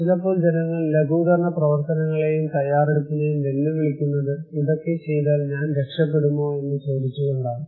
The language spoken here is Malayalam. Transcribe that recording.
ചിലപ്പോൾ ജനങ്ങൾ ലഘൂകരണ പ്രവർത്തനങ്ങളെയും തയ്യാറെടുപ്പിനെയും വെല്ലുവിളിക്കുന്നത് ഇതൊക്കെ ചെയ്താൽ ഞാൻ രക്ഷപ്പെടുമോ എന്ന് ചോദിച്ചു കൊണ്ടാണ്